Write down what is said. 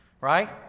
Right